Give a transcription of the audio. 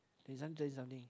he's only twenty something